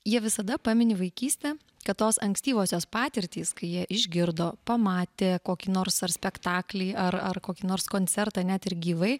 jie visada pamini vaikystę kad tos ankstyvosios patirtys kai jie išgirdo pamatė kokį nors ar spektaklį ar ar kokį nors koncertą net ir gyvai